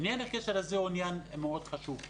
עניין הקשר הזה הוא עניין מאוד חשוב.